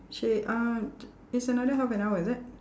she uh it's another half an hour is it